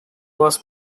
was